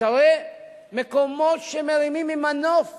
ואתה רואה מקומות שמרימים עם מנוף